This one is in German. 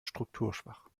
strukturschwach